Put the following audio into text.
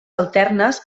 alternes